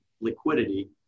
liquidity